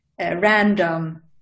random